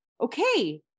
Okay